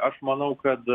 aš manau kad